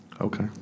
Okay